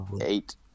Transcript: eight